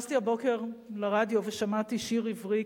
פתחתי הבוקר רדיו ושמעתי שיר עברי,